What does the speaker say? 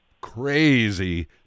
crazy